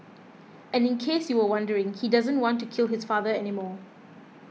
and in case you were wondering he doesn't want to kill his father anymore